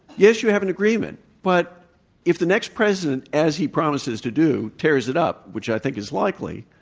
yes, you have an agreement, but if the next president, as he promises to do, tears it up which i think is likely,